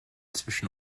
zwischen